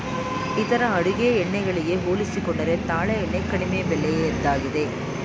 ಇತರ ಅಡುಗೆ ಎಣ್ಣೆ ಗಳಿಗೆ ಹೋಲಿಸಿಕೊಂಡರೆ ತಾಳೆ ಎಣ್ಣೆ ಕಡಿಮೆ ಬೆಲೆಯದ್ದಾಗಿದೆ